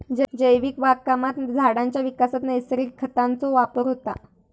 जैविक बागकामात झाडांच्या विकासात नैसर्गिक खतांचो वापर होता